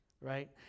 Right